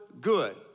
good